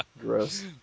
Gross